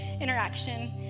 interaction